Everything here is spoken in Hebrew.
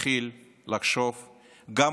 תתחיל לחשוב טיפה,